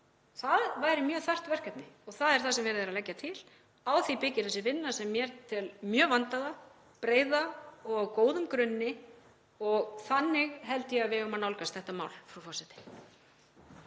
Það væri mjög þarft verkefni og það er það sem verið er að leggja til. Á því byggir þessi vinna, sem ég tel mjög vandaða, breiða og á góðum grunni, og þannig held ég að við eigum að nálgast þetta mál.